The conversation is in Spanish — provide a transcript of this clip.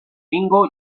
bingo